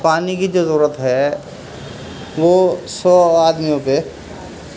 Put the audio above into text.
پانی کی جو ضرورت ہے وہ سو آدمیوں پہ